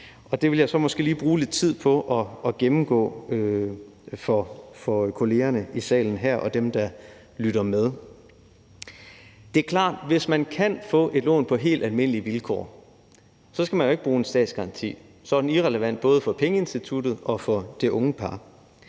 det vil jeg så lige bruge lidt tid på at gennemgå for kollegerne i salen her og for dem, der lytter med. Det er klart, at hvis man kan få et lån på helt almindelige vilkår, skal man jo ikke bruge en statsgaranti – så er den irrelevant både for pengeinstituttet og for det unge par.